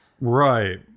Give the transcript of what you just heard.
Right